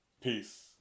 Peace